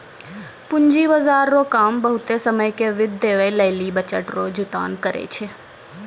पूंजी बाजार रो काम बहुते समय के वित्त देवै लेली बचत रो जुटान करै छै